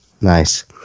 nice